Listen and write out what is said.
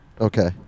Okay